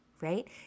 right